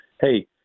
hey